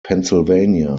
pennsylvania